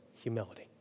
humility